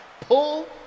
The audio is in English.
pull